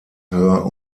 hör